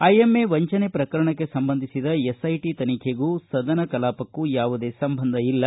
IMA ವಂಚನೆ ಪ್ರಕರಣಕ್ಕೆ ಸಂಬಂಧಿಸಿದ ಎಸ್ಐಟಿ ತನಿಖೆಗೂ ಸನದನ ಕಲಾಪಕ್ಕೂ ಯಾವುದೇ ಸಂಬಂಧ ಇಲ್ಲ